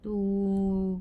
to